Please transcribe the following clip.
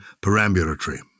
perambulatory